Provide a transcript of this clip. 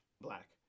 Black